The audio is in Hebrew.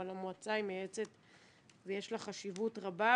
אבל המועצה מייעצת ויש לה חשיבות רבה,